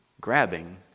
grabbing